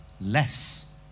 less